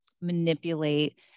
manipulate